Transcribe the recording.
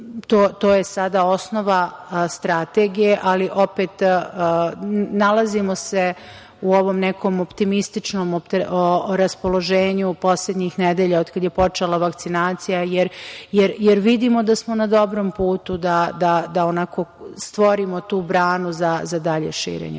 to je sada osnova strategije. Opet da kažem, nalazimo se u ovom nekom optimističnom raspoloženju poslednjih nedelja od kad je počela vakcinacija, jer vidimo da smo na dobrom putu da stvorimo tu branu za dalje širenje